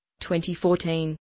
2014